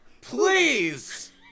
please